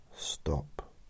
Stop